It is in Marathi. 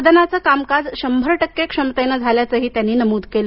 सदनाचं कामकाज शंभर टक्के क्षमतेनं झाल्याचंही त्यांनी नमूद केलं